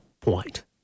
point